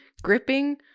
Gripping